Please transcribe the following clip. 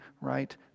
right